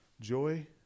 joy